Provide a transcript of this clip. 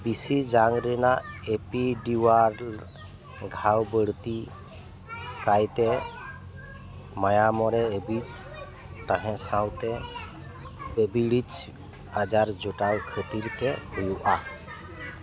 ᱵᱤᱥᱤ ᱡᱟᱝ ᱨᱮᱱᱟᱜ ᱮᱯᱤ ᱰᱤᱣᱟᱨ ᱜᱷᱟᱣ ᱵᱟᱹᱲᱛᱤ ᱠᱟᱭᱛᱮ ᱢᱟᱭᱟᱢ ᱨᱮ ᱮᱵᱤᱴ ᱛᱟᱦᱮᱸ ᱥᱟᱶᱛᱮ ᱮᱵᱤᱞᱤᱡ ᱟᱡᱟᱨ ᱡᱚᱴᱟᱣ ᱠᱷᱟᱹᱛᱤᱨ ᱛᱮ ᱦᱩᱭᱩᱜᱼᱟ